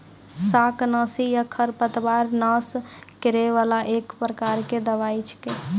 शाकनाशी या खरपतवार नाश करै वाला एक प्रकार के दवाई छेकै